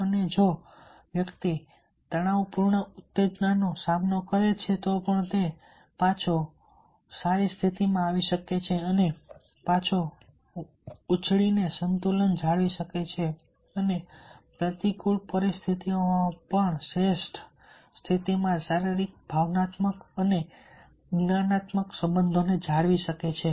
અને જો વ્યક્તિ તણાવપૂર્ણ ઉત્તેજનાનો સામનો કરે છે તો પણ તે પાછો પાછા સારી સ્થિતિમાં આવી શકે છે અને તે પાછો ઉછળીને સંતુલન જાળવી શકે છે અને પ્રતિકૂળ પરિસ્થિતિઓમાં પણ શ્રેષ્ઠ સ્થિતિમાં શારીરિક ભાવનાત્મક અને જ્ઞાનાત્મક સંસાધનોને જાળવી શકે છે